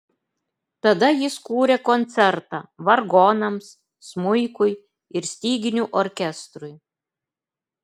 tada jis kūrė koncertą vargonams smuikui ir styginių orkestrui